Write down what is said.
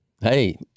Hey